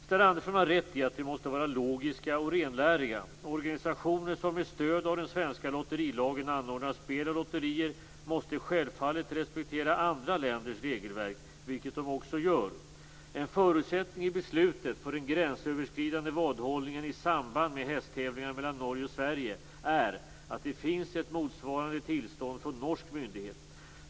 Sten Andersson har rätt i att vi måste vara logiska och renläriga. Organisationer som med stöd av den svenska lotterilagen anordnar spel och lotterier måste självfallet respektera andra länders regelverk, vilket de också gör. En förutsättning i beslutet för den gränsöverskridande vadhållningen i samband med hästtävlingar mellan Norge och Sverige är att det finns ett motsvarande tillstånd från norsk myndighet.